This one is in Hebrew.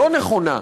לא נכונה,